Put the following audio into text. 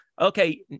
Okay